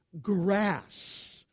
grass